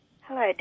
Hello